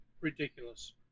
ridiculous